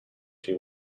she